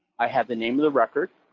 i had the name of the record,